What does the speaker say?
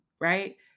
right